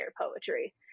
poetry